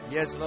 Yes